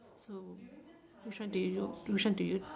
so which one do you which one do you